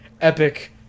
Epic